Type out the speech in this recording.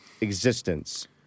existence